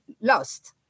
lost